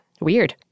Weird